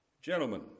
Gentlemen